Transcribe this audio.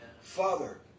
Father